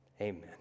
Amen